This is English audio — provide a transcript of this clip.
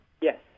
Yes